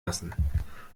lassen